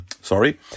sorry